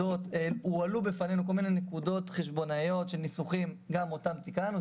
הועלו בפנינו כל מיני נקודות חשבונאיות של ניסוחים שגם אותן תיקנו.